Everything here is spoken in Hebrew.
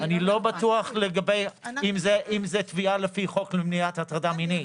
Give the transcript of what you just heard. אני לא בטוח אם זה תביעה לפי חוק למניעת הטרדה מינית.